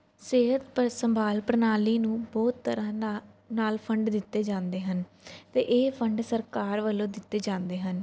ਸਿਹਤ ਪਰ ਸੰਭਾਲ ਪ੍ਰਣਾਲੀ ਨੂੰ ਬਹੁਤ ਤਰ੍ਹਾਂ ਨਾ ਨਾਲ ਫੰਡ ਦਿੱਤੇ ਜਾਂਦੇ ਹਨ ਅਤੇ ਇਹ ਫੰਡ ਸਰਕਾਰ ਵੱਲੋਂ ਦਿੱਤੇ ਜਾਂਦੇ ਹਨ